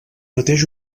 mateix